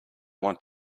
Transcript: want